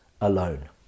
alone